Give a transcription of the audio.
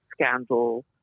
scandal